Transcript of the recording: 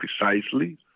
precisely